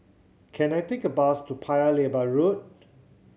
can I take a bus to Paya Lebar Road